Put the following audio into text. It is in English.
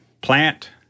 plant